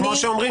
מאוד קשה לי.